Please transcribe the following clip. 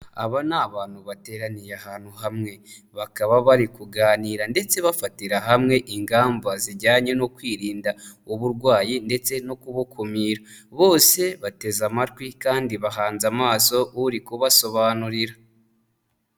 Aba ni abantu bateraniye ahantu hamwe, bakaba bari kuganira ndetse bafatira hamwe ingamba zijyanye no kwirinda uburwayi ndetse no kubukumira, bose bateze amatwi kandi bahanze amaso uri kubasobanurira.